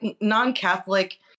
non-Catholic